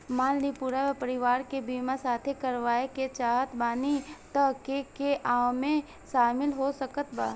मान ली पूरा परिवार के बीमाँ साथे करवाए के चाहत बानी त के के ओमे शामिल हो सकत बा?